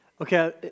Okay